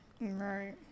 Right